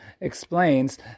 explains